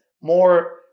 more